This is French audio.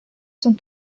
sont